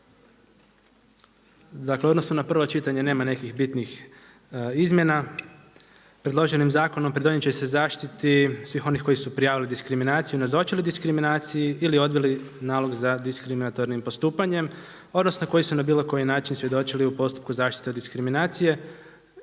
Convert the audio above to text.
U odnosu na prvo čitanje nema nekih bitnih izmjena, predloženim zakonom pridonijeti će se zaštiti svih onih koji su prijavili diskriminaciju, nazočili diskriminaciji ili odbili nalog za diskriminatornim postupanjem odnosno koji su na bilo koji način svjedočili u postupku zaštite od diskriminacije